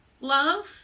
love